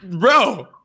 Bro